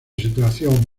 situación